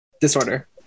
disorder